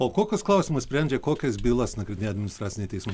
o kokius klausimus sprendžia kokias bylas nagrinėja administraciniai teismai